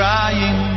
Crying